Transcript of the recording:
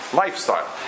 lifestyle